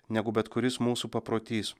negu bet kuris mūsų paprotys